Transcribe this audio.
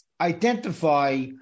identify